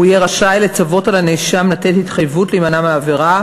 הוא יהיה רשאי לצוות על הנאשם לתת התחייבות להימנע מעבירה,